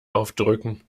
aufdrücken